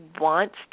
wants